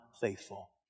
faithful